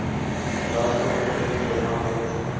राशि कतेक जमा होय है?